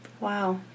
wow